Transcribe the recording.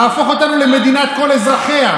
להפוך אותם למדינת כל אזרחיה.